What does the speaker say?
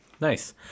Nice